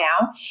now